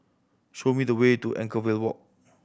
show me the way to Anchorvale Walk